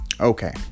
okay